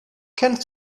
kennst